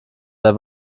der